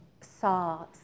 saw